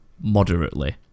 moderately